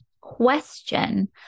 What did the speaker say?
question